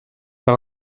par